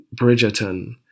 Bridgerton